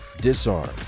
Disarm